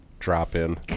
drop-in